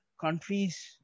countries